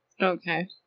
Okay